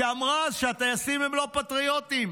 שאמרה שהטייסים הם לא פטריוטים,